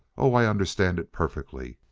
oh, i understand it perfectly.